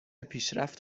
پیشرفت